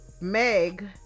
Meg